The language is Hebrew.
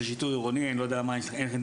שיטור עירוני אני לא יודע איך הנתונים,